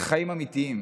זה חיים אמיתיים.